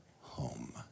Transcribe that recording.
home